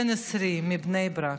בן 20, מבני ברק,